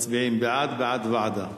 מצביעים בעד, בעד ועדה.